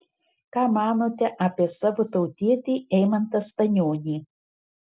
ką manote apie savo tautietį eimantą stanionį